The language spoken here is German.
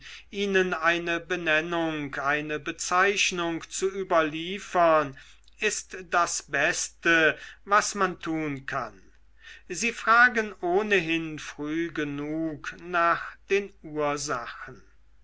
ihnen eine benennung eine bezeichnung zu überliefern ist das beste was man tun kann sie fragen ohnehin früh genug nach den ursachen